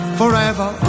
forever